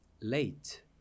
late